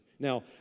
Now